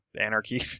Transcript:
anarchy